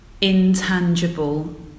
intangible